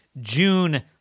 June